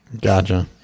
Gotcha